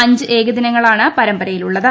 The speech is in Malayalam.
അഞ്ച് ഏകദിനങ്ങളാണ് പരമ്പരയിൽ ഉള്ളത്